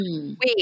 Wait